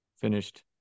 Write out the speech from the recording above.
finished